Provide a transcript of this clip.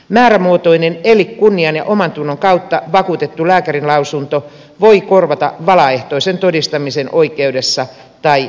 määrämuotoinen eli kunnian ja omantunnon kautta vakuutettu lääkärinlausunto voi korvata valaehtoisen todistamisen oikeudessa tai viranomaismenettelyssä